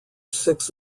six